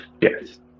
Yes